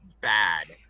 bad